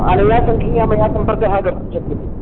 अनया सङ्ख्याया मया सम्पर्कः कर्तुं शक्यते